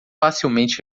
facilmente